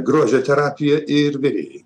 grožio terapija ir virėjai